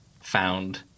found